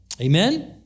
amen